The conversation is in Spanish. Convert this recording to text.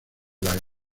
las